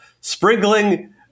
Sprinkling